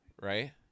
right